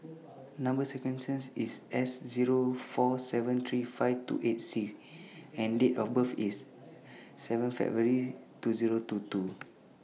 Number sequences IS S Zero four seven three five two eight C and Date of birth IS seven February two Zero two two